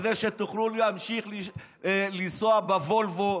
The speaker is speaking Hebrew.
כדי שתוכלו להמשיך לנסוע בוולוו,